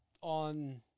on